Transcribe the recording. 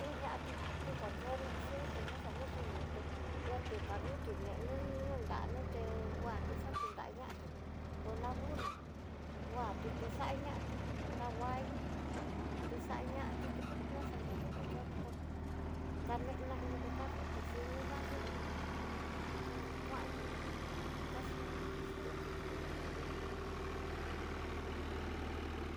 Tuñati tikoño xa nrokuin nruté ñá tu kanrotí nenun no nrá nruté nguati xa tu nrañati ná burru huati tuxañati, kahuallu xañati tú noxaña tiko yo'o nrukó, kanená ini karuté yuni dayunati te'ú kuanti kaxhió yuti tú'u.